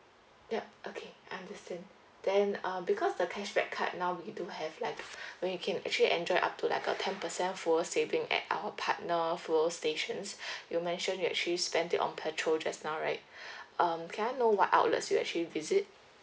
yup okay understand then um because the cashback card now we do have like where you can actually enjoy up to like a ten percent fuel saving at our partner fuel stations you mentioned you actually spend it on petrol just now right um can I know what outlets you actually visit